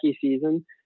season